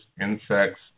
insects